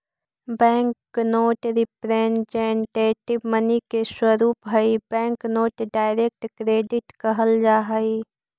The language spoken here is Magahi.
बैंक नोट रिप्रेजेंटेटिव मनी के स्वरूप हई बैंक नोट डायरेक्ट क्रेडिट कहल जा हई